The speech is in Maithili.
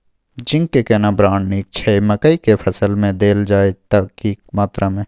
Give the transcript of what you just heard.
जिंक के केना ब्राण्ड नीक छैय मकई के फसल में देल जाए त की मात्रा में?